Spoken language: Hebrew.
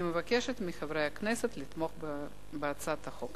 אני מבקשת מחברי הכנסת לתמוך בהצעת החוק.